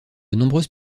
nombreuses